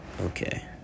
Okay